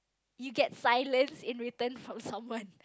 you get silence in return from someone